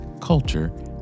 culture